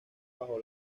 bajo